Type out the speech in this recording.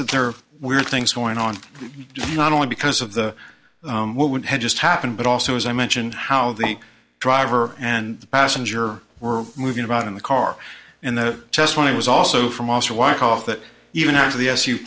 that there are weird things going on not only because of the what would have just happened but also as i mentioned how the driver and passenger were moving about in the car in the test when he was also from also walk off that even after the